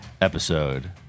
episode